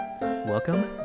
Welcome